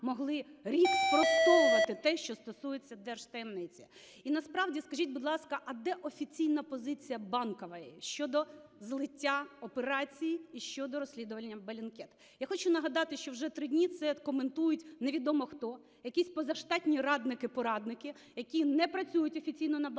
могли рік спростовувати те, що стосується держтаємниці? І насправді скажіть, будь ласка, а де офіційна позиція Банкової щодо злиття операції і щодо розслідування Bellingcat? Я хочу нагадати, що вже три дні це коментують невідомо хто, якісь позаштатні радники-порадники, які не працюють офіційно на Банковій,